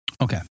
Okay